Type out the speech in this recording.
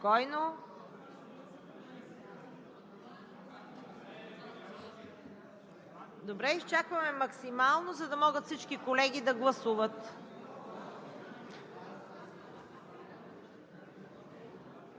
Изчакваме максимално, за да могат всички колеги да гласуват.